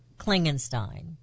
Klingenstein